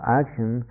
action